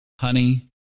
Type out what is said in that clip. honey